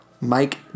Mike